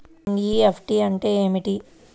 NEFT అంటే ఏమిటి?